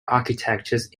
architectures